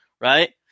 right